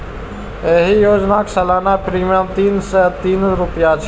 एहि योजनाक सालाना प्रीमियम तीन सय तीस रुपैया छै